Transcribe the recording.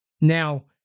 Now